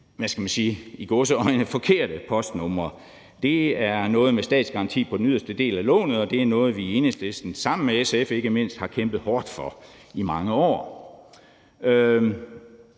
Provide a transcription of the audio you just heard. i gåseøjne – forkerte postnumre. Det er noget med statsgaranti på den yderste del af lånet, og det er noget, vi i Enhedslisten sammen med ikke mindst SF har kæmpet hårdt for i mange år.